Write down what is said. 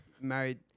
married